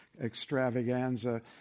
extravaganza